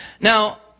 Now